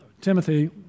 Timothy